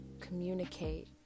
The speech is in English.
communicate